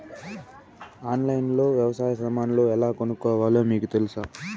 ఆన్లైన్లో లో వ్యవసాయ సామాన్లు ఎలా కొనుక్కోవాలో మీకు తెలుసా?